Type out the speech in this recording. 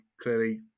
clearly